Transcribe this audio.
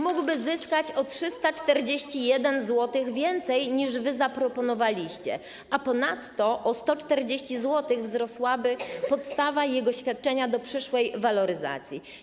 mógłby zyskać o 341 zł więcej, niż zaproponowaliście, ponadto o 140 zł wzrosłaby podstawa jego świadczenia do przyszłej waloryzacji.